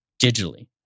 digitally